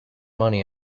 money